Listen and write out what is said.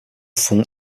fond